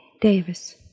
Davis